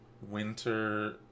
winter